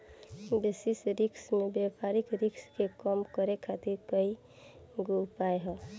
basis risk में व्यापारिक risk के कम करे खातिर कईल गयेल उपाय ह